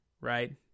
right